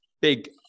big